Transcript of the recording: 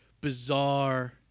bizarre